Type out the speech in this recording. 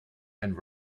and